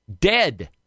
dead